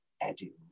Eddie